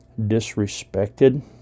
disrespected